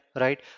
right